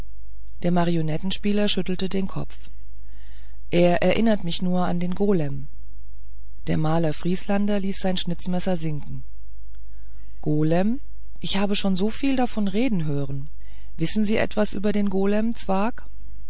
der marionettenspieler schüttelte den kopf er erinnerte mich nur an den golem der maler vrieslander ließ sein schnitzmesser sinken golem ich habe schon so viel davon reden hören wissen sie etwas über den golem